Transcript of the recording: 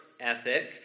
ethic